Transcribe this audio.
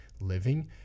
living